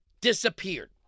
disappeared